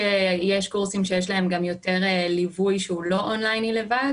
בקורסים שיש להם יותר ליווי שהוא לא און-ליין בלבד